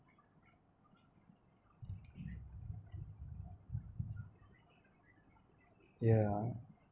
yeah